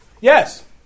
Yes